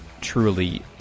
truly